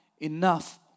enough